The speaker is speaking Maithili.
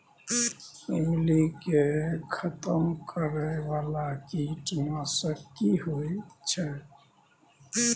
ईमली के खतम करैय बाला कीट नासक की होय छै?